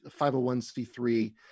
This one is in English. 501c3